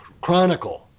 chronicle